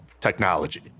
technology